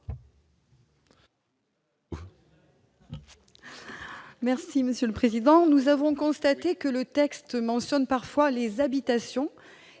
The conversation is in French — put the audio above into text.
Merci monsieur le président, nous avons constaté que le texte mentionne parfois les habitations